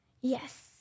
Yes